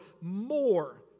more